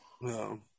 No